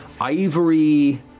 ivory